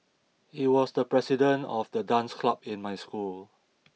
he was the president of the dance club in my school